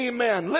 Amen